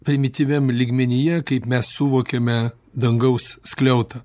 primityviam lygmenyje kaip mes suvokiame dangaus skliautą